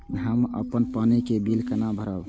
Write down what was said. हम अपन पानी के बिल केना भरब?